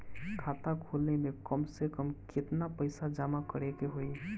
खाता खोले में कम से कम केतना पइसा जमा करे के होई?